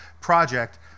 project